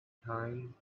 times